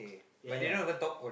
ya ya ya